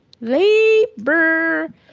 labor